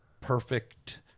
perfect